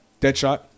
Deadshot